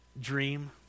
dream